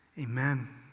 Amen